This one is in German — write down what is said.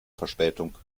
verspätung